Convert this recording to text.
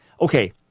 Okay